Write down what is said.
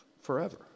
forever